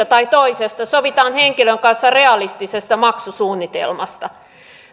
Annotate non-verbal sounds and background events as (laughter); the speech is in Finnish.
(unintelligible) tai toisesta sovitaan henkilön kanssa realistisesta maksusuunnitelmasta